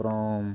அப்புறம்